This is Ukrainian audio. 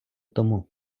тому